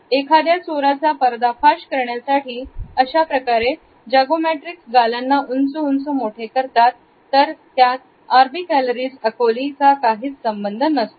एखाद्या चोराचा पर्दाफाश करण्यासाठी अशाप्रकारे जागो मॅट्रिक्स गालांना उंच उंच मोठे करते तर यात आरबी कॅलोरीस अकोली काहीच संबंध नसतो